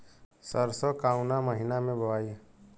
सरसो काउना महीना मे बोआई?